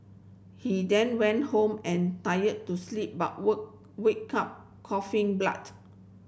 he then went home and tired to sleep but woke wake up coughing blood